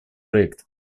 проект